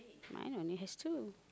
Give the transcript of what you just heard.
mine only has two